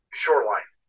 shoreline